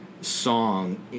song